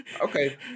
Okay